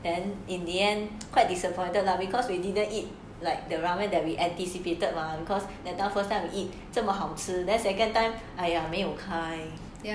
then in the end quite disappointed lah because we didn't eat like the ramen that we anticipated mah because the first time we eat 这么好吃 then second time !aiya! 没有开